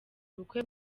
ubukwe